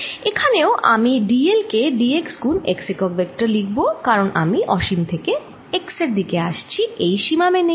এখানেও আমি dl কে dx গুণ x একক ভেক্টর লিখব কারণ আমি অসীম থেকে x এর দিকে আসছি সীমা মেনেই